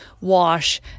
wash